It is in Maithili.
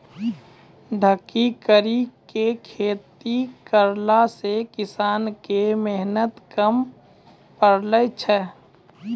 ढकी करी के खेती करला से किसान के मेहनत कम पड़ै छै